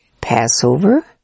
Passover